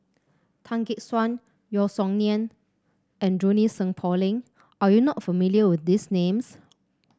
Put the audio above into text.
Tan Gek Suan Yeo Song Nian and Junie Sng Poh Leng are you not familiar with these names